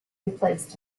replaced